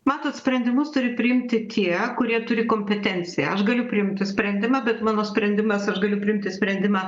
matot sprendimus turi priimti tie kurie turi kompetenciją aš galiu priimti sprendimą bet mano sprendimas aš galiu priimti sprendimą